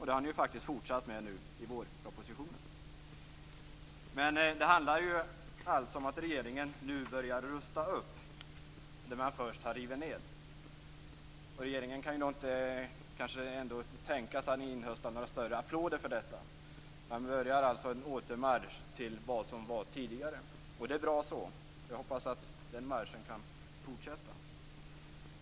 Det har han faktiskt fortsatt med i vårpropositionen. Men det handlar alltså om att regeringen nu börjar rusta upp det man först har rivit ned. Regeringen kan inte tänkas inhösta några större applåder för detta. Man börjar alltså en återmarsch till vad som var tidigare. Det är bra så. Jag hoppas att den marschen kan fortsätta.